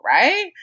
right